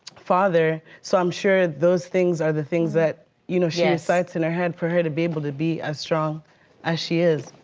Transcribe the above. father. so i'm sure those things are the things that you know she recites in her head for her to be able to be as strong as she is.